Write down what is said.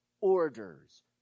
orders